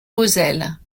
moselle